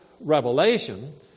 revelation